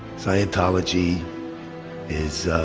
scientology is,